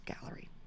Gallery